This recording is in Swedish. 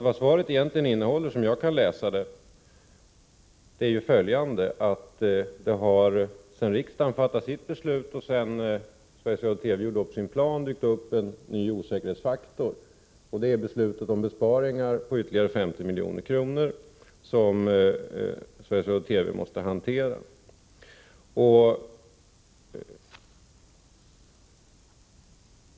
Vad svaret egentligen innehåller, som jag kan läsa det, är följande: Det har sedan riksdagen fattade sitt beslut och sedan TV gjorde upp sin plan dykt upp en ny osäkerhetsfaktor, nämligen beslutet om besparingar på ytterligare 50 milj.kr., som Sveriges Radio TV måste hantera.